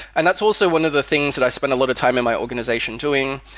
and that's also one of the things that i spent a lot of time in my organization doing.